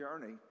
journey